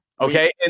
Okay